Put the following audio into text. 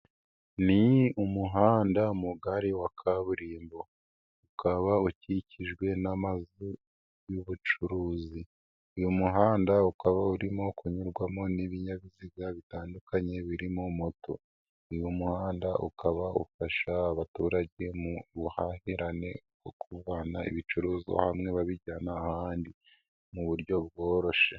Ni umuhanda mugari wa kaburimbo ukaba ukikijwe n'amazu y'ubucuruzi, uyu muhanda ukaba urimo kunyurwamo n'ibinyabiziga bitandukanye birimo moto, uyu muhanda ukaba ufasha abaturage mu buhahirane bwo kuvana ibicuruzwa hamwe babijyana ahandi mu buryo bworoshye.